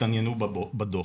יתעניינו בדוח.